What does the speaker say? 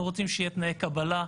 אנחנו רוצים שיהיו תנאי קבלה,